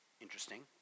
Interesting